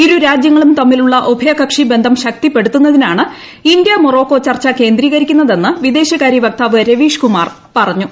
ഇരുരാജ്യങ്ങളും തമ്മിലുള്ള ഉഭയകക്ഷി ബന്ധം ശക്തിപ്പെടുത്തുന്നതിലാണ് ഇന്ത്യ മൊറോക്കോ ചർച്ച കേന്ദ്രീകരിക്കുന്നതെന്ന് വിദേശകാര്യ വക്താവ് രവീഷ് കുമാർ പറഞ്ഞു